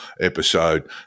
episode